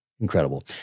Incredible